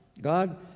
god